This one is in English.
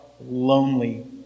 lonely